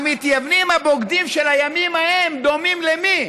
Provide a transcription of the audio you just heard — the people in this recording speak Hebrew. המתייוונים הבוגדים של הימים ההם, דומים למי?